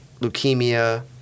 leukemia